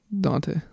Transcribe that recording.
dante